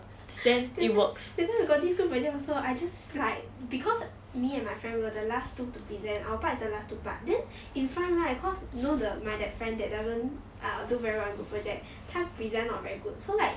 that time that time I got this group project also I just like because me and my friend were the last two to present our part is the last two part then in front right cause you know the my that friend that doesn't ah do very well in group project 他 present not very good so like